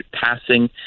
passing